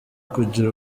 kugira